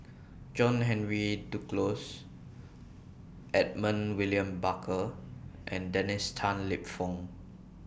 John Henry Duclos Edmund William Barker and Dennis Tan Lip Fong